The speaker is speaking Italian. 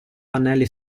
pannelli